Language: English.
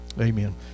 amen